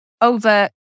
over